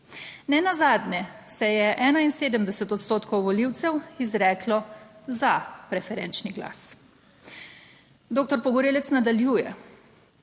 Nenazadnje se je 71 odstotkov volivcev izreklo za preferenčni glas." Doktor Pogorelec nadaljuje.